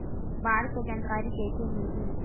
बाढ़ के जानकारी कइसे मिलही?